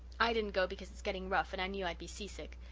i didn't go because it's getting rough and i knew i'd be seasick.